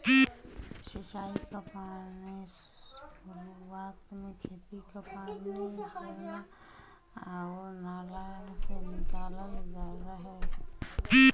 सिंचाई क पानी सुरुवात में खेती क पानी झरना आउर नाला से निकालल जात रहे